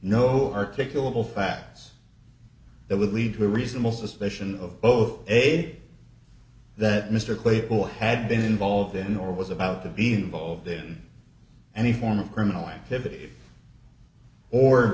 no articulable facts that would lead to a reasonable suspicion of zero eight that mr claypool had been involved in or was about to be involved in any form of criminal activity or